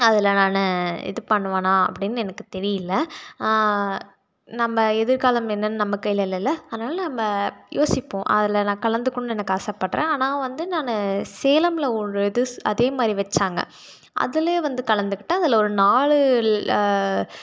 அதில் நான் இது பண்ணுவேன்னான்னு அப்படின்னு எனக்கு தெரியல நம்ம எதிர்காலம் என்னென்னு நம்ம கையில் இல்லையில்ல அதனால நம்ம யோசிப்போம் அதில் நான் கலந்துக்கணும்ன்னு எனக்கு ஆசைப்பட்றேன் ஆனால் வந்து நான் சேலமில் ஒரு இது அதேமாதிரி வைச்சாங்க அதுலேயே வந்து கலந்துகிட்டு அதில் ஒரு நாலு